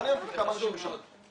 מעניין אותי כמה אנשים יש שם.